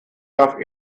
darf